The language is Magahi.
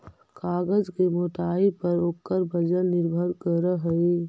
कागज के मोटाई पर ओकर वजन निर्भर करऽ हई